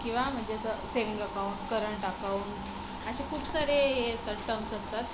किंवा म्हणजे असं सेविंग अकाऊंट करंट अकाऊंट असे खूप सारे हे असतात टर्म्स असतात